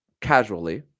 casually